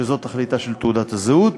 שזו תכליתה של תעודת הזהות.